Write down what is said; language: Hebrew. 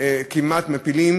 כמעט מפילים